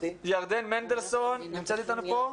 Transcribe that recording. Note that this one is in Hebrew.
ירדן מנדלסון נמצאת פה?